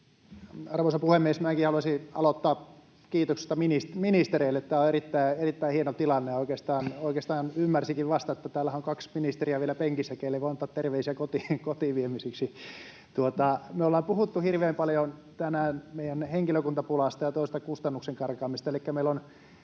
Arvoisa puhemies! Minäkin haluaisin aloittaa kiitoksista ministereille, tämä on erittäin hieno tilanne. Oikeastaan ymmärsinkin vasta, että täällähän on kaksi ministeriä vielä penkissä — teille voi antaa terveisiä kotiin viemisiksi. Me ollaan puhuttu hirveän paljon tänään meidän henkilökuntapulasta ja toisaalta kustannusten karkaamisesta,